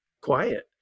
quiet